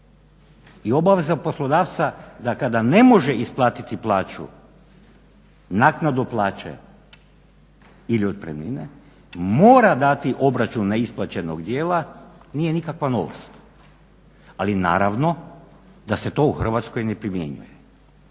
I obaveza poslodavca da kada ne može isplatiti plaću, naknadu plaće ili otpremnine, mora dati obračune isplaćenog dijela, nije nikakva novost ali naravno da se to u Hrvatskoj ne primjenjuje.